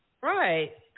Right